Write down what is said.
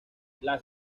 las